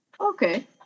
Okay